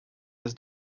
has